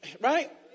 right